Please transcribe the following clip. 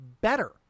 better